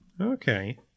Okay